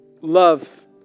love